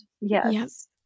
Yes